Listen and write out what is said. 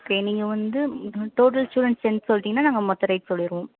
இப்போ நீங்கள் வந்து டோட்டல் ஸ்டூடெண்ட்ஸ் ஸ்ட்ரென்த் சொல்லிட்டீங்கன்னால் நாங்கள் மொத்த ரேட் சொல்லிவிடுவோம்